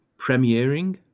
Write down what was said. Premiering